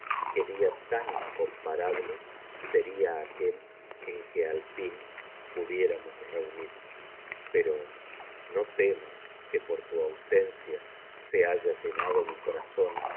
día tan incomparable seria aquel en que al fin pudiéramos reunimos pero no temas que por tu ausencia se haya llenado mi corazón